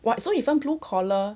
!wah! so even blue collar